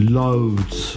loads